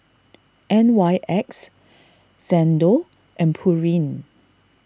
N Y X Xndo and Pureen